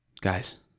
Guys